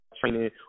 training